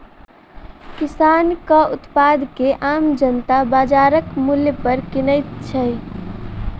किसानक उत्पाद के आम जनता बाजारक मूल्य पर किनैत छै